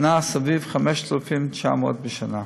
נע סביב 5,900 בשנה.